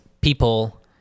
people